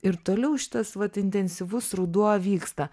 ir toliau šitas vat intensyvus ruduo vyksta